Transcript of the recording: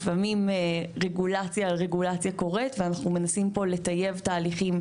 לפעמים רגולציה על רגולציה קורית ואנחנו מנסים פה לטייב תהליכים.